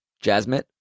Jasmine